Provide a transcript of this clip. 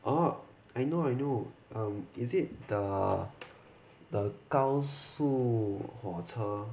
orh I know I know um is it the the 高速火车